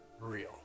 real